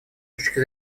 точки